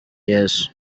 yesu